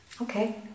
Okay